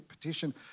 petition